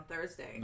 Thursday